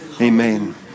Amen